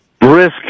brisk